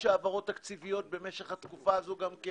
יש העברות תקציביות במשך התקופה הזאת - אני